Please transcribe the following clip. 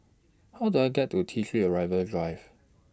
How Do I get to T three Arrival Drive